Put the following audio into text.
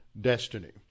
destiny